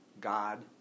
God